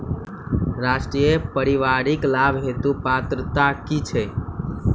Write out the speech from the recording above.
राष्ट्रीय परिवारिक लाभ हेतु पात्रता की छैक